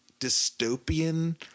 dystopian